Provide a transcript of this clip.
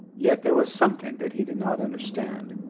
yet there was something that he did not understand.